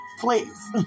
Please